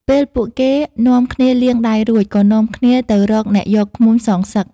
ពេលពួកគេនាំគ្នាលាងដៃរួច ក៏នាំគ្នាទៅរកអ្នកយកឃ្មុំសងសឹក។